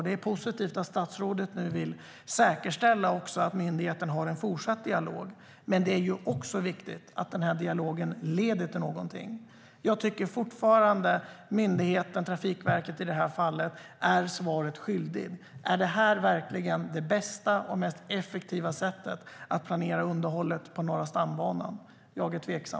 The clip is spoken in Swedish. Det är positivt att statsrådet nu vill säkerställa att myndigheten har en fortsatt dialog. Men det är också viktigt att dialogen leder till någonting. Jag tycker fortfarande att myndigheten, Trafikverket i det här fallet, är svaret skyldig. Är detta verkligen det bästa och det mest effektiva sättet att planera underhållet på Norra stambanan? Jag är tveksam.